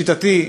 לשיטתי,